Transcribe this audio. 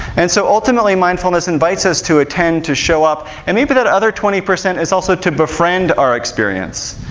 and so ultimately, mindfulness invites us to attend, to show up, and maybe that other twenty percent is also to befriend our experience,